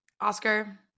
Oscar